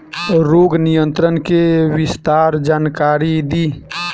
रोग नियंत्रण के विस्तार जानकारी दी?